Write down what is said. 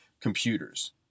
computers